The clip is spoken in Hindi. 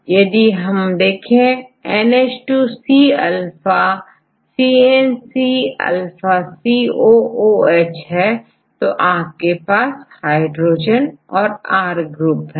तो यदि आप देखेंNH2 C alphaCNC अल्फाCOOH है तो आपके पास हाइड्रोजन औरR ग्रुप है